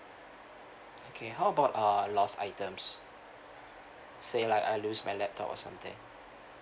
okay how about err lost items say like I lose my laptop or something